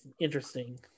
interesting